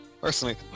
Personally